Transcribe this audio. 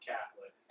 Catholic